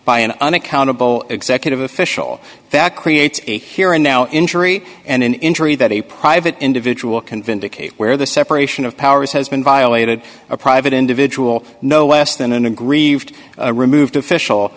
by an unaccountable executive official that creates a here and now injury and an injury that a private individual can vent a case where the separation of powers has been violated a private individual no less than an aggrieved removed official